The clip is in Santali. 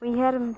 ᱩᱭᱦᱟᱹᱨ